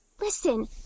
Listen